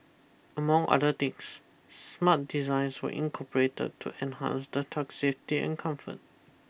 among other things smart designs were incorporated to enhance the tug's safety and comfort